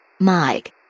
Mike